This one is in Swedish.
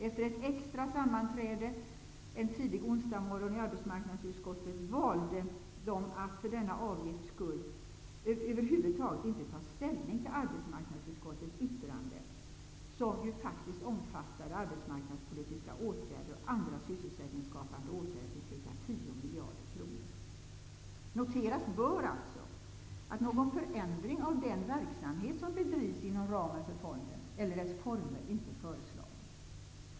Efter ett extra sammanträde i arbetsmarknadsutskottet en tidig onsdagsmorgon valde de att för denna avgifts skull att över huvud taget inte ta ställning till arbetsmarknadsutskottets yttrande, som ju faktiskt omfattade arbetsmarknadspolitiska åtgärder och andra sysselsättningsskapande åtgärder för ca 10 Noteras bör alltså att någon förändring av den verksamhet som bedrivs inom ramen för fonden eller dess former inte föreslagits.